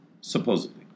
supposedly